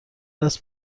است